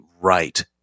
right